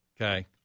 Okay